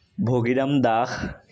Bhogiram Das